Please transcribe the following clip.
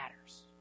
matters